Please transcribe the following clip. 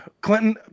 Clinton